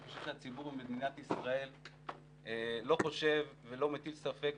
אני חושב שהציבור במדינת ישראל לא חושב ולא מטיל ספק,